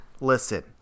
listen